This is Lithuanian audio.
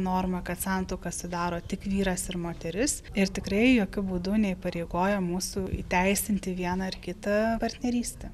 norma kad santuoką sudaro tik vyras ir moteris ir tikrai jokiu būdu neįpareigoja mūsų įteisinti vieną ar kitą partnerystę